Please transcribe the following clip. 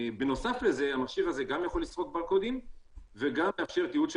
בנוסף המכשיר יכול לסרוק ברקודים וגם לאפשר תיעוד של